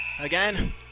again